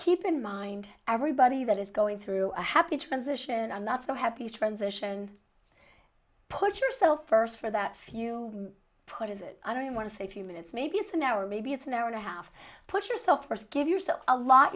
keep in mind everybody that is going through a happy transition and not so happy transition put yourself first for that few put it i don't want to say few minutes maybe it's an hour maybe it's an hour and a half put yourself first give yourself a lot